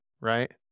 right